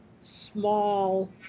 small